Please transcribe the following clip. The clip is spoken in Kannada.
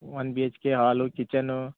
ಒಂದ್ B H K hall kitchen